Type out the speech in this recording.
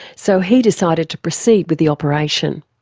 so he decided to proceed with the operation.